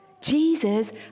Jesus